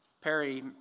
Perry